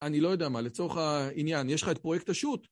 אני לא יודע מה לצורך העניין יש לך את פרויקט השו״ת